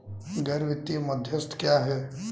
गैर वित्तीय मध्यस्थ क्या हैं?